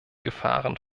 gefahren